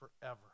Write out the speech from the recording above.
forever